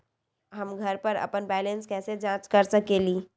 हम घर पर अपन बैलेंस कैसे जाँच कर सकेली?